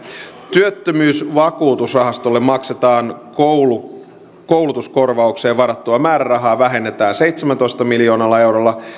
työttömyysvakuutusrahastolle maksettavaan koulutuskorvaukseen varattua määrärahaa vähennetään seitsemällätoista miljoonalla eurolla